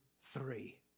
three